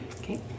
Okay